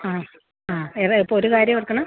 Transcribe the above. ആ ആ വേറെ ഇപ്പോൾ ഒരു കാര്യം ഓർക്കണം